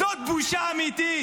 --- זאת בושה אמיתית